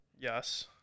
Yes